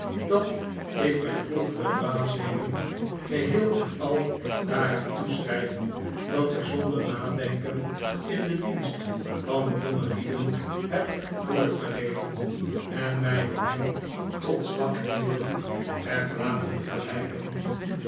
dat ik mijn vroegere dwaasheden geheel en al daaraan toeschrijf dat ik zonder nadenken in den dienst van jongelieden heb voortgeleefd en mij door hen tot zwakheden heb laten verleiden